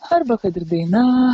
arba kad ir daina